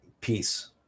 peace